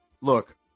look